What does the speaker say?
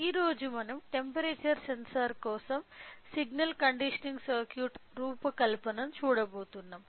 ఈ రోజు మనం టెంపరేచర్ సెన్సార్ కోసం సిగ్నల్ కండిషనింగ్ సర్క్యూట్ రూపకల్పన చూడబోతున్నాం